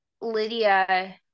Lydia